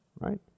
Right